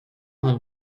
other